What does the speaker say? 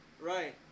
right